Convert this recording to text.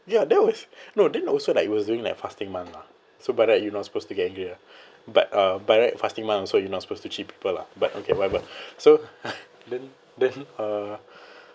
ya that was no then also like it was during like fasting month mah so by right you're not supposed to get angry ah but uh by right fasting month also you're not supposed to cheat people lah but okay whatever so then then uh